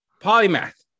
Polymath